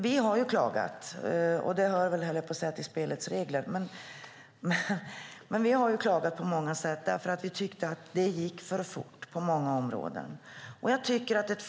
Vi har klagat - vilket väl i viss mån hör till spelets regler - på att det gick för fort på många områden.